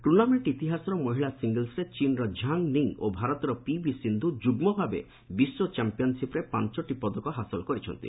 tournament ଇତିହାସର ମହିଳା ସିଙ୍ଗଲ୍ୱରେ ଚୀନ୍ର ଝାଙ୍ଗ୍ ନିଙ୍ଗ୍ ଓ ଭାରତର ପିଭି ସିନ୍ଧୁ ଯୁଗ୍ନ ଭାବେ ବିଶ୍ୱ ଚମ୍ପିୟାନ୍ସିପ୍ରେ ପାଞ୍ଚଟି ପଦକ ହାସଲ କରିପାରିଛନ୍ତି